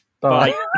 Bye